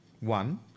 One